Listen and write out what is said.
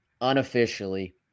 unofficially